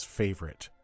favorite